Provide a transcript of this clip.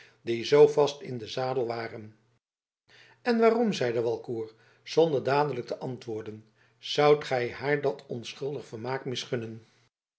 die zoo vast in den zadel waren en waarom zeide walcourt zonder dadelijk te antwoorden zoudt gij haar dat onschuldig vermaak misgunnen